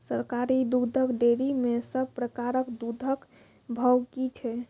सरकारी दुग्धक डेयरी मे सब प्रकारक दूधक भाव की छै?